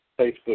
Facebook